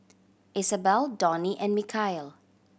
Isabel Donny and Mikeal